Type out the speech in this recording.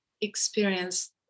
experience